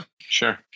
sure